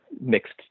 mixed